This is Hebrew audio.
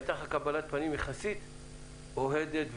הייתה לך קבלת פנים יחסית אוהדת ונעימה.